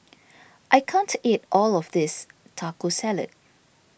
I can't eat all of this Taco Salad